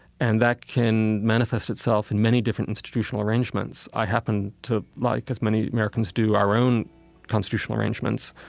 and that can manifest itself in many different institutional arrangements. i happen to like, as many americans do, our own constitutional arrangements,